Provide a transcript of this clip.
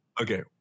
Okay